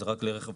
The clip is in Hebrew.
זה רק לרכב פרטי.